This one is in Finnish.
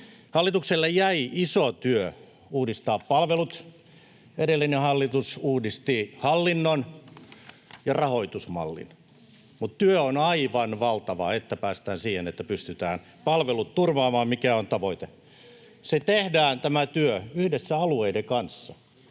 Hallitukselle jäi iso työ uudistaa palvelut. Edellinen hallitus uudisti hallinnon ja rahoitusmallin, mutta työ on aivan valtava, jotta päästään siihen, että pystytään palvelut turvaamaan, mikä on tavoite. Tämä työ tehdään yhdessä alueiden kanssa.